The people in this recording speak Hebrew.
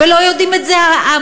לא יודעים את זה המעונות,